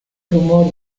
rumor